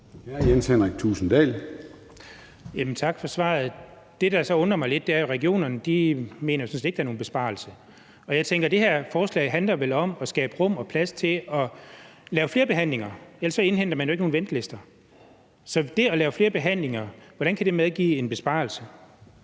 Det, der så undrer mig lidt, er jo, at regionerne sådan set ikke mener, at der er nogen besparelse. Og jeg tænker, at det her forslag vel handler om at skabe rum og plads til at lave flere behandlinger. Ellers nedbringer man jo ikke nogen ventelister. Så hvordan kan det at lave flere behandlinger medføre en besparelse?